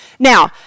Now